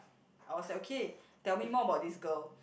I was like okay tell me more about this girl